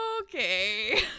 Okay